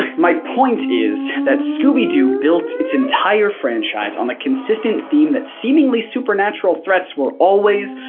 my point is that scooby-doo built its entire franchise on the consistent theme that seemingly supernatural threats were always,